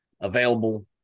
available